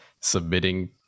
submitting